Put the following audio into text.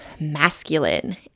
masculine